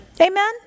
Amen